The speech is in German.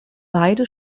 beide